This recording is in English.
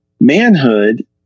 Manhood